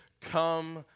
come